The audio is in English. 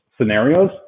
scenarios